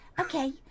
Okay